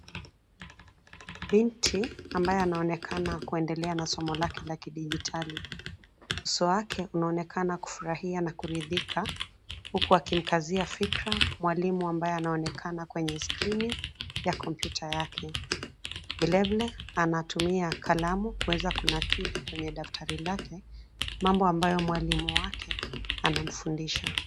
Binti ambaye anaonekana kuendelea na somo lake la kidijitali. Uso wake unaonekana kufurahia na kuridhika huku akimkazia fikra mwalimu ambaye anaonekana kwenye skrini ya kompyuta yake. Vile vile anatumia kalamu kuweza kunakili kwenye daftari lake, mambo ambayo mwalimu wake anamfundisha.